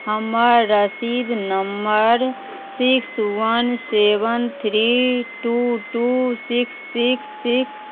हमर रसीद नंबर six one seven three two two six six six